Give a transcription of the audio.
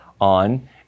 on